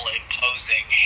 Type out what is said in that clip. imposing